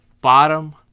bottom